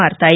మారతాయి